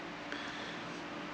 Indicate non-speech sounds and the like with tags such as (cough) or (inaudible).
(breath)